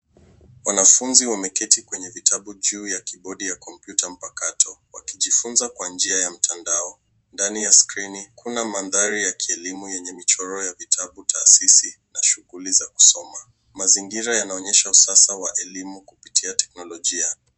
Wanafunzi wameketi kwenye vitabu juu ya kibodi ya kompyuta mpakato wakijifunza kwa njia ya mtandao. Ndani ya skrini, kuna mandhari ya kielimu yenye michoro ya vitabu taasisi na shughuli za kusoma. Mazingira yanaonyesha usasa wa elimu kupitia teknolojia.